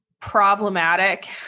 problematic